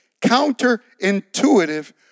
counter-intuitive